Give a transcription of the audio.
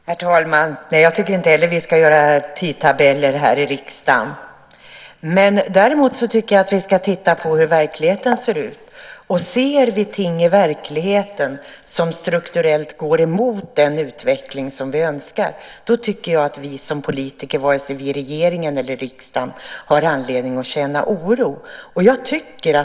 Herr talman! Jag tycker inte heller att vi ska göra tidtabeller i riksdagen, men däremot tycker jag att vi ska titta på hur verkligheten ser ut. Ser vi ting i verkligheten som strukturellt går emot den utveckling vi önskar tycker jag att vi som politiker - vare sig vi sitter i regeringen eller i riksdagen - har anledning att känna oro.